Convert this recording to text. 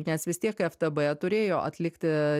nes vis tiek ftb turėjo atlikti